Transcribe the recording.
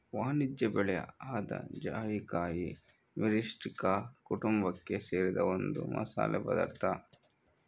ವಾಣಿಜ್ಯ ಬೆಳೆ ಆದ ಜಾಯಿಕಾಯಿ ಮಿರಿಸ್ಟಿಕಾ ಕುಟುಂಬಕ್ಕೆ ಸೇರಿದ ಒಂದು ಮಸಾಲೆ ಪದಾರ್ಥ